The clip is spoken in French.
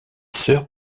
sœur